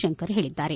ಶಂಕರ್ ಹೇಳಿದ್ದಾರೆ